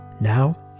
Now